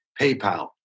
PayPal